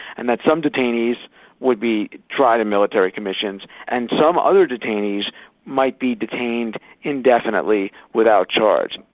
and that some detainees would be tried in military commissions and some other detainees might be detained indefinitely, without charge.